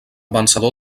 vencedor